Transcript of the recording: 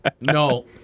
No